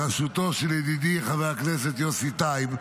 בראשותו של ידידי, חבר הכנסת יוסי טייב,